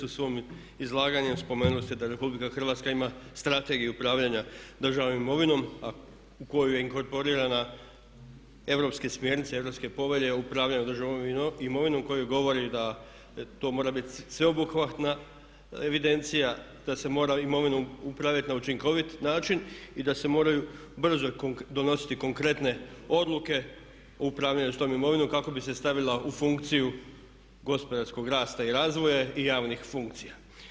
U svom izlaganju spomenuli ste da Republika Hrvatska ima Strategiju upravljanja državnom imovinom a u koju je inkorporirana europske smjernice, europske povelje o upravljanju državnom imovinom koji govori da to mora biti sveobuhvatna evidencija, da se mora imovinom upravljati na učinkovit način i da se moraju brzo donositi konkretne odluke o upravljanju s tom imovinom kako bi se stavila u funkciju gospodarskog rasta i razvoja i javnih funkcija.